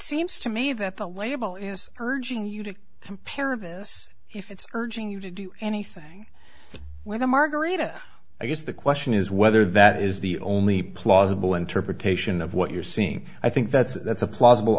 seems to me that the label is urging you to compare of this if it's urging you to do anything with a margarita i guess the question is whether that is the only plausible interpretation of what you're seeing i think that's that's a plausible